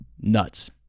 nuts